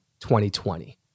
2020